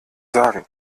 sagen